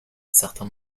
certain